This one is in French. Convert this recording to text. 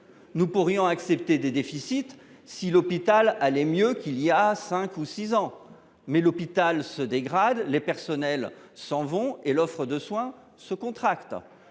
! On pourrait accepter des déficits si l’hôpital allait mieux qu’il y a cinq ou six ans, mais l’hôpital se dégrade, les personnels s’en vont et l’offre de soins se contracte.